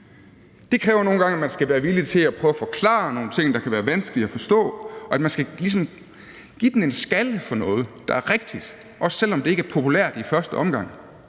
Det kræver nogle gange, at man skal være villig til at prøve at forklare nogle ting, der kan være vanskelige at forstå, og at man ligesom skal give den en skalle i forhold til noget, der er rigtigt, også selv om det ikke er populært i første omgang.